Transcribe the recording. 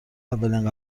اولین